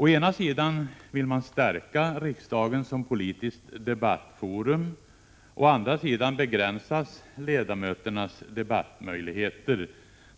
Å ena sidan vill man stärka riksdagen som politiskt debattforum; å andra sidan begränsas ledamöternas debattmöjligheter.